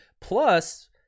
Plus